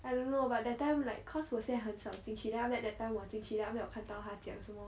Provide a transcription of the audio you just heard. I don't know but that time like cause 我现在很少进去 then after that that time 我进去 then after 我看到她讲什么